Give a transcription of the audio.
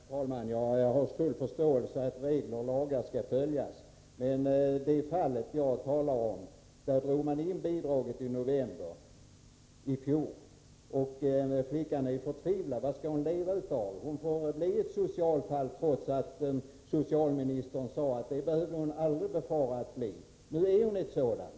Herr talman! Jag har full förståelse för att regler och lagar skall följas. Men i det fall jag talar om drog man in bidraget i november i fjol. Flickan är förtvivlad. Vad skall hon leva av? Hon får bli ett socialfall, trots att socialministern sade att det behövde hon aldrig befara att bli. Nu är hon ett sådant.